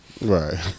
Right